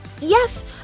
Yes